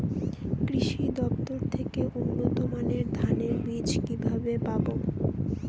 কৃষি দফতর থেকে উন্নত মানের ধানের বীজ কিভাবে পাব?